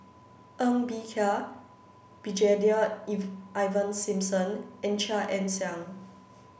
Ng Bee Kia Brigadier Ivan Simson and Chia Ann Siang